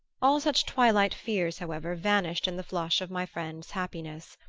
all such twilight fears, however, vanished in the flush of my friend's happiness.